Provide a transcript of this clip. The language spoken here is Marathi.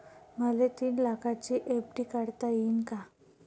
मले तीन लाखाची एफ.डी काढता येईन का?